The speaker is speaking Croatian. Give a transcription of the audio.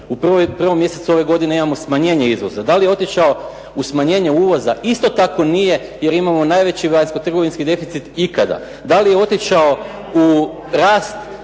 U 1. mjesecu ove godine imamo smanjenje izvoza. Da li je otišao u smanjenje uvoza? Isto tako nije, jer imamo najveći vanjsko-trgovinski deficit ikada. Da li je otišao u rast